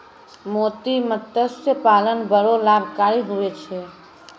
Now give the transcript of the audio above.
मोती मतस्य पालन बड़ो लाभकारी हुवै छै